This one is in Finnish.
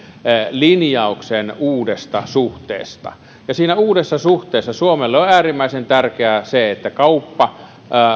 linjauksen uudesta suhteesta ja siinä uudessa suhteessa suomelle on äärimmäisen tärkeää se että